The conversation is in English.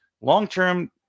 Long-term